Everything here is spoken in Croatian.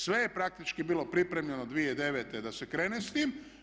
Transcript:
Sve je praktički bilo pripremljeno 2009. da se krene s tim.